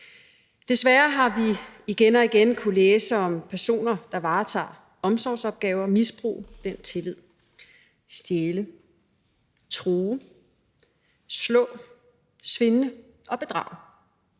Desværre har vi igen og igen kunnet læse om, at personer, der varetager omsorgsopgaver, misbruger den tillid ved at stjæle, true, slå, svindle og bedrage.